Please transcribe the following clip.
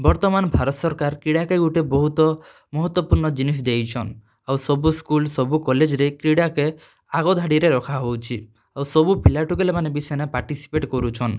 ବର୍ତ୍ତମାନ୍ ଭାରତ୍ ସରକାର୍ କ୍ରୀଡ଼ାକେ ଗୁଟେ ବହୁତ୍ ମହତ୍ତ୍ୱପୂର୍ଣ୍ଣ ଜିନିଷ୍ ଦେଇଛନ୍ ଆଉ ସବୁ ସ୍କୁଲ୍ ସବୁ କଲେଜ୍ରେ କ୍ରୀଡ଼ା କେ ଆଗ ଧାଡ଼ି ରେ ରଖା ହେଉଛେ ଆଉ ସବୁ ପିଲା ଟୁକେଲ୍ ମାନେ ବି ସେନେ ପାର୍ଟିସିପେଟ୍ କରୁଛନ୍